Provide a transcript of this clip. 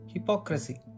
Hypocrisy